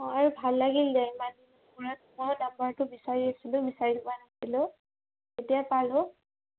অঁ আৰু ভাল লাগিল দে ইমান মই নাম্বাৰটো বিচাৰি আছিলোঁ বিচাৰি পোৱা নাছিলোঁ এতিয়া পালোঁ